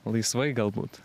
laisvai galbūt